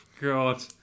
God